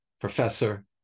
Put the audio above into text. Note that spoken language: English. professor